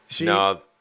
No